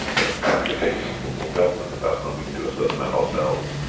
kind of advocating for more government investment. we can do a certain amount ourselves,